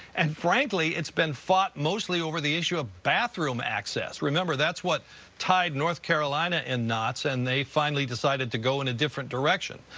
and frankly, it's been fought mostly over the issue of bathroom access. remember, that's what tied north carolina in knots, and they finally decided to go in a different direction.